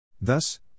Thus